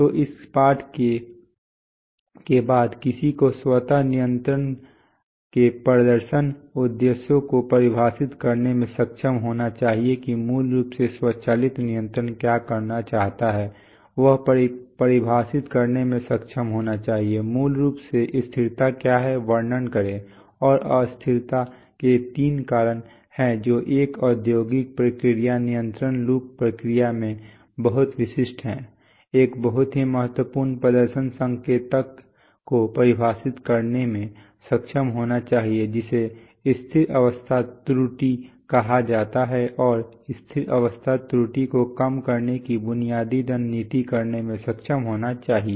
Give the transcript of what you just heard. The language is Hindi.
तो इस पाठ के बाद किसी को स्वत नियंत्रण के प्रदर्शन उद्देश्यों को परिभाषित करने में सक्षम होना चाहिए कि मूल रूप से स्वचालित नियंत्रण क्या करना चाहता है वह परिभाषित करने में सक्षम होना चाहिए मूल रूप स्थिरता क्या है वर्णन करें और अस्थिरता के तीन कारण हैं जो एक औद्योगिक प्रक्रिया नियंत्रण लूप प्रक्रिया में बहुत विशिष्ट है एक बहुत ही महत्वपूर्ण प्रदर्शन संकेतक को परिभाषित करने में सक्षम होना चाहिए जिसे स्थिर अवस्था त्रुटि कहा जाता है और स्थिर अवस्था त्रुटि को कम करने की बुनियादी रणनीति करने में सक्षम होना चाहिए